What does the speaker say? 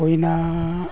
ᱦᱩᱭᱮᱱᱟᱻ